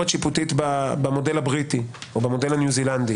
שיפוטית במודל הבריטי או במודל הניו-זילנדי,